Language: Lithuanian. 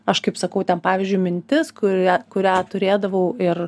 aš kaip sakau ten pavyzdžiui mintis kurią kurią turėdavau ir